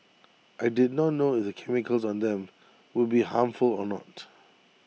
I did not know if the chemicals on them would be harmful or not